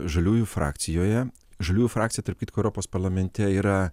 žaliųjų frakcijoje žaliųjų frakcija tarp kitko europos parlamente yra